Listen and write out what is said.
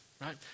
right